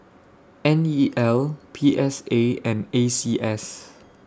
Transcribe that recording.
N E L P S A and A C S